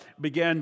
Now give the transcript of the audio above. began